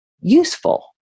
useful